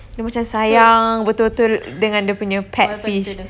dia macam sayang betul-betul dengan dia punya pet fish